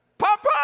Papa